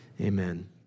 Amen